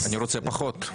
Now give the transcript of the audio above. אני רוצה פחות.